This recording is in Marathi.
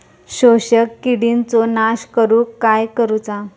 शोषक किडींचो नाश करूक काय करुचा?